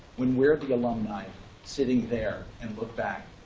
when we're the alumni sitting there and look back,